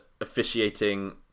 officiating